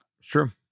Sure